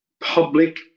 public